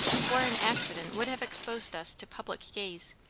for an accident would have exposed us to public gaze,